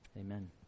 Amen